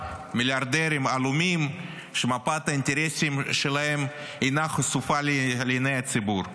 חשבון מיליארדרים עלומים שמפת האינטרסים שלהם אינה חשופה לעיני הציבור.